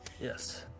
Yes